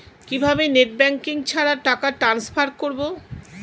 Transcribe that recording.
কিভাবে net banking ছাড়া টাকা টান্সফার করব?